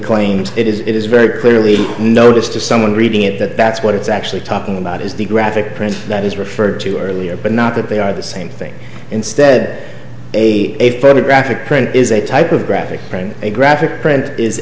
claims it is it is very clearly notice to someone reading it that that's what it's actually talking about is the graphic print that is referred to earlier but not that they are the same thing instead a photographic print is a type of graphic print a graphic print is